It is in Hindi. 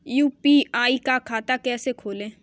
यू.पी.आई का खाता कैसे खोलें?